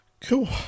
Cool